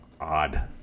odd